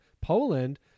Poland